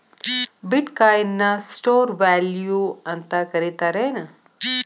ಬಿಟ್ coin ನ store value ಅಂತ ಕರಿತಾರೆನ್